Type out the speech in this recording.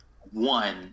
one